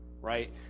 Right